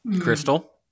Crystal